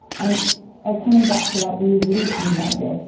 and and coming back to like the evolutionary idea,